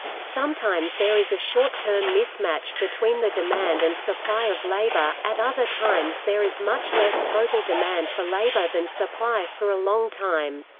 sometimes there is a short-term mismatch between the demand and supply of labor, at other times there is much less total demand for labor than supply for a long time.